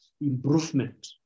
improvement